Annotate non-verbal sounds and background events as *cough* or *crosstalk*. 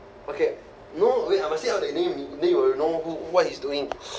okay no wait I must say out that name then you will know who what he's doing *noise*